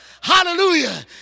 Hallelujah